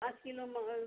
पाँच किलो